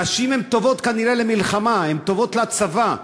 נשים הן טובות כנראה למלחמה, הן טובות לצבא,